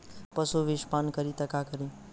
पशु विषपान करी त का करी?